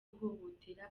guhohotera